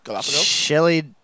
Shelly